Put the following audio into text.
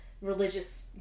religious